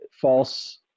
false